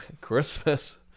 Christmas